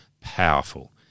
powerful